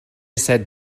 set